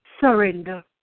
surrender